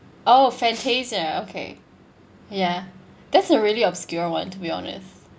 oh fantasia okay ya that's a really obscure one to be honest